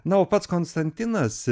na o pats konstantinas